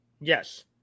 Yes